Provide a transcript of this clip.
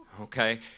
okay